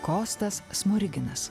kostas smoriginas